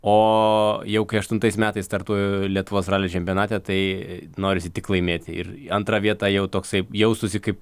o jau kai aštuntais metais startuoju lietuvos ralio čempionate tai norisi tik laimėti ir antra vieta jau toksai jaustųsi kaip